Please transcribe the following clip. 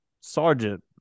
sergeant